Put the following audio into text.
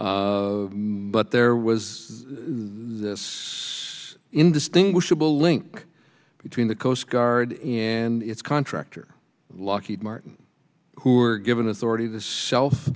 but there was this indistinguishable link between the coast guard and its contractor lockheed martin who were given authority this self